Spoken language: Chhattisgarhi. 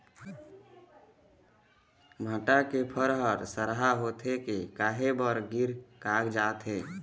भांटा के फर हर सरहा होथे के काहे बर गिर कागजात हे?